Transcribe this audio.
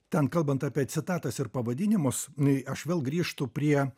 ten kalbant apie citatas ir pavadinimus n aš vėl grįžtu prie